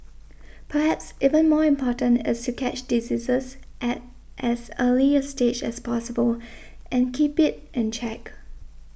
perhaps even more important is to catch diseases at as early a stage as possible and keep it in check